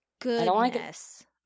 goodness